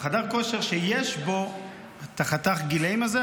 חדר כושר שיש בו חתך הגילאים הזה,